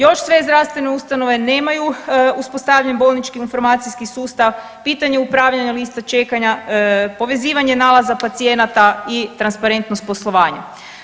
Još sve zdravstvene ustanove nemaju uspostavljen bolnički informacijski sustav, pitanje upravljanja lista čekanja, povezivanje nalaza pacijenata i transparentnost poslovanja.